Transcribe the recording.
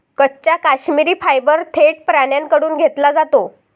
कच्चा काश्मिरी फायबर थेट प्राण्यांकडून घेतला जातो